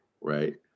right